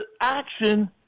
action